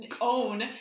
own